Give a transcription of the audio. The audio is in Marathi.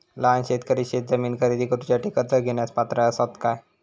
लहान शेतकरी शेतजमीन खरेदी करुच्यासाठी कर्ज घेण्यास पात्र असात काय?